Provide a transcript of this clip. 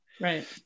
Right